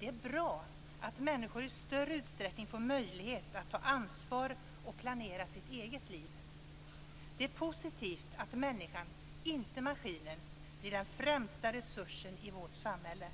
Det är bra att människor i större utsträckning får möjlighet att ta ansvar och planera sitt eget liv. Det är positivt att människan, inte maskinen, är den främsta resursen i vårt samhälle,